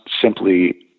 simply